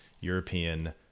European